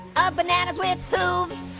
a bananas with hooves